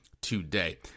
today